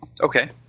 Okay